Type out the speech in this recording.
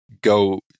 go